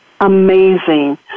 amazing